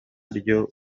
ryo